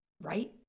right